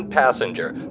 passenger